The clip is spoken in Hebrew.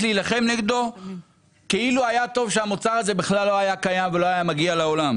להילחם נגדו כאילו היה טוב שהמוצר בכלל לא היה קיים ולא היה מגיע לעולם.